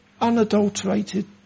unadulterated